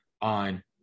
on